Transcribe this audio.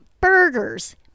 burgers